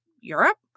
Europe